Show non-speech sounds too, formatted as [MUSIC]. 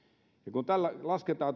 kun tällä lasketaan [UNINTELLIGIBLE]